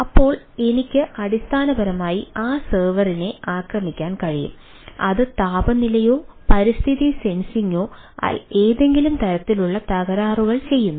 അപ്പോൾ എനിക്ക് അടിസ്ഥാനപരമായി ആ സെർവറിനെ ആക്രമിക്കാൻ കഴിയും അത് താപനിലയിലോ പരിസ്ഥിതി സെൻസിംഗിലോ ഏതെങ്കിലും തരത്തിലുള്ള തകരാറുകൾ ചെയ്യുന്നു